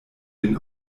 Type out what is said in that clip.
den